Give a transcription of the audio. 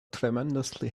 tremendously